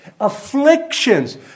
afflictions